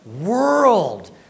world